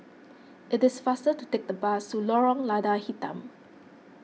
it is faster to take the bus to Lorong Lada Hitam